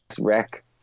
wreck